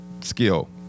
skill